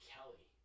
Kelly